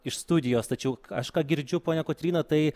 iš studijos tačiau aš ką girdžiu ponia kotryna tai